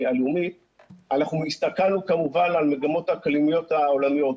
אנחנו הסתכלנו כמובן על המגמות האקלימיות העולמיות.